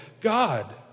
God